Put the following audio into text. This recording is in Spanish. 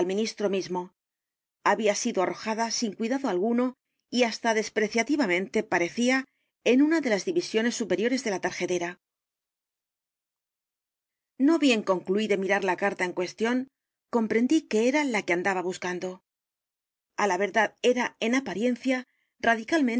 mismo había sido arrojada sin cuidado alguno y hasta despreciativamente parecía en una de las divisiones superiores de la tarjeta no bien concluí de mirar la carta en cuestión c o m prendí que era la que andaba buscando á la verdad era en apariencia radicalmente